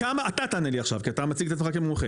אתה תענה לי עכשיו כי אתה מציג את עצמך כמומחה.